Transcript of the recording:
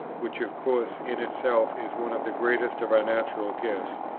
which of course in itself is one of the greatest of our natural gifts,